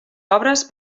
obres